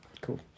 cool